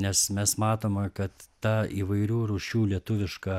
nes mes matome kad ta įvairių rūšių lietuviška